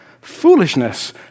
Foolishness